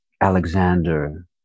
Alexander